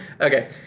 okay